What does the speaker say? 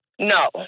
No